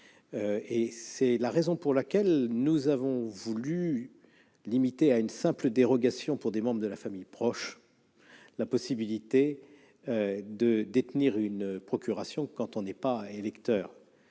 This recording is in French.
C'est la raison pour laquelle nous avons voulu limiter à une dérogation pour les membres de la famille proche la possibilité de détenir une procuration pour une personne non électrice